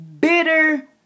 bitter